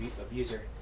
abuser